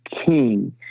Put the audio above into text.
king